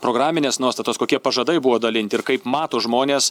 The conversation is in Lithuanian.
programinės nuostatos kokie pažadai buvo dalinti ir kaip mato žmonės